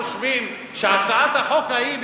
חושבים שהצעת החוק ההיא,